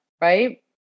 right